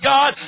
God